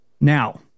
Now